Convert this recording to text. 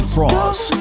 Frost